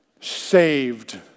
saved